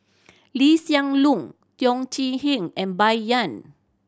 Lee Hsien Loong Teo Chee Hean and Bai Yan